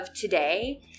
today